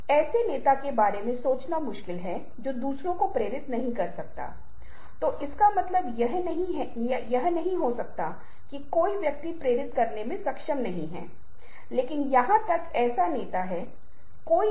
ऐसे इशारे जिनके विशिष्ट अर्थ होते हैं जैसे कि एक विशिष्ट अर्थ को संप्रेषित करना प्रतीक के रूप में जाना जाता है और प्रतीक का कार्य यह है कि वे विशेष रूप से एक ऐसे अर्थ को संप्रेषित करते हैं जो आपके पास प्राकृतिक अभिविन्यास के साथ करने के लिए बिल्कुल कुछ भी नहीं हो सकता है